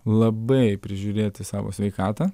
labai prižiūrėti savo sveikatą